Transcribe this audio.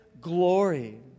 glory